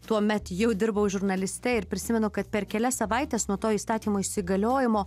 tuomet jau dirbau žurnaliste ir prisimenu kad per kelias savaites nuo to įstatymo įsigaliojimo